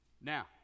Now